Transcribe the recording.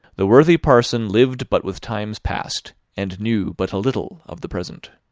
the worthy parson lived but with times past, and knew but a little of the present.